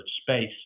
space